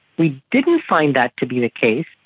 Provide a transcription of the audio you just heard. we didn't find that to be the case.